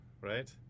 right